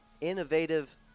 innovative